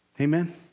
Amen